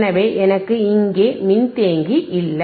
எனவே எனக்கு இங்கு மின்தேக்கி இல்லை